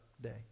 day